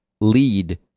Lead